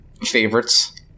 favorites